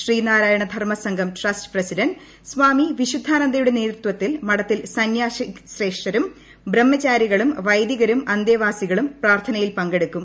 Shri Narayana Dharma Sangham trust president Swami വിശുദ്ധാനന്ദയുടെ നേതൃത്വത്തിൽ മഠത്തിൽ സന്യാസി ശ്രേഷ്ഠരും ബ്രഹ്മചാരികളും വൈദികരും അന്തേവാസികളും പ്രാർത്ഥനയിൽ പങ്കെടുക്കും